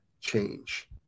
change